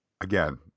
again